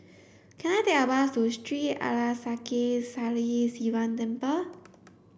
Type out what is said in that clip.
can I take a bus to Sri Arasakesari Sivan Temple